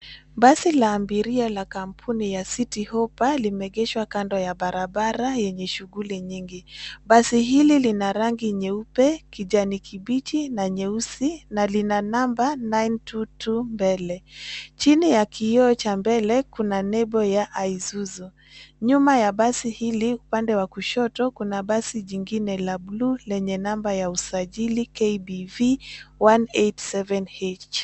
Basi la abiria la kampuni ya citihoppa limeegeshwa kando ya barabara yenye shughuli nyingi. Basi hili lina rangi nyeupe, kijani kibichi na nyeusi na lina namba 922 mbele. Chini ya kioo cha mbele, kuna nembo ya isuzu . Nyuma ya basi hili upande wa kushoto kuna basi jingine la buluu lenye namba ya usajili KBV 187H.